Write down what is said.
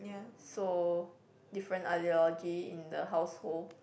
so different ideology in the household